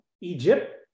Egypt